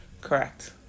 Correct